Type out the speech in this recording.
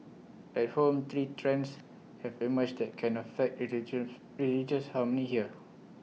at home three trends have emerged that can affect religious harmony here